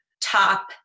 top